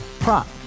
Prop